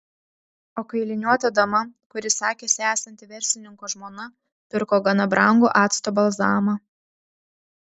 o kailiniuota dama kuri sakėsi esanti verslininko žmona pirko gana brangų acto balzamą